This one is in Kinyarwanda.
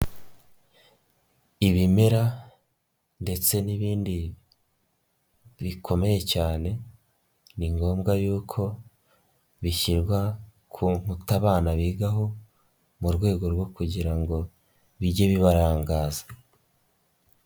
Ibimera ndetse n'ibindi bikomeye cyane, ni ngombwa yuko bishyirwa ku nkuta abana bigaho mu rwego rwo kugira ngo bijye bibarangaza.